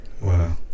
Wow